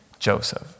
Joseph